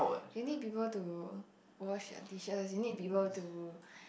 you need people to wash a dishes you need people to